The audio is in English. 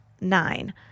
Nine